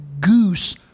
goose